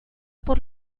por